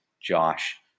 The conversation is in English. Josh